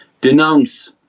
denounce